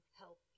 help